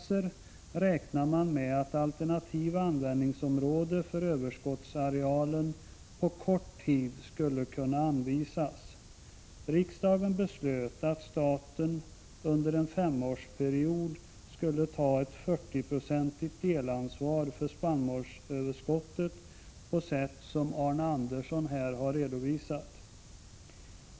Man räknade med att alternativa användningsområden för överskottsarealen på kort tid skulle kunna anvisas genom forskningsinsatser. Riksdagen beslöt att staten under en femårsperiod skulle ta ett 40-procentigt delansvar för spannmålsöverskottet på sätt som Arne Andersson i Ljung här har redovisat.